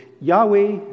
Yahweh